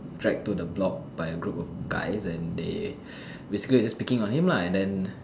drag to the block by a group of guys and they basically picking on him lah and then